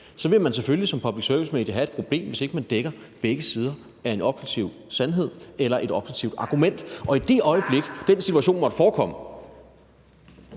så vil man selvfølgelig som public service-medie have et problem, hvis ikke man dækker begge sider af en objektiv sandhed eller et objektivt argument. Og i det øjeblik den situation måtte forekomme,